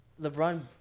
LeBron